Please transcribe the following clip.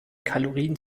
kalorien